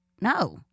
No